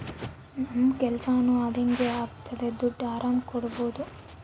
ನಮ್ ಕೆಲ್ಸನೂ ಅದಂಗೆ ಆಗ್ತದೆ ದುಡ್ಡು ಆರಾಮ್ ಕಟ್ಬೋದೂ